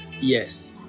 yes